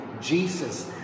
Jesus